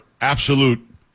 absolute